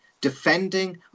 defending